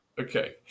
Okay